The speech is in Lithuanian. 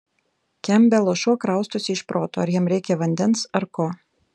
kempbelo šuo kraustosi iš proto ar jam reikia vandens ar ko